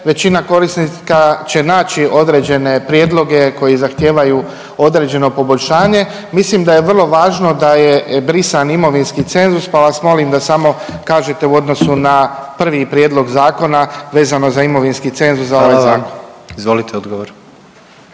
većina korisnika će naći određene prijedloge koji zahtijevaju određeno poboljšanje. Mislim da je vrlo važno da je brisan imovinski cenzus, pa vas molim da samo kažete u odnosu na prvi prijedlog zakona, vezano za imovinski cenzus za ovaj